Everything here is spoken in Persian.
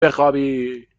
بخوابی